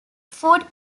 food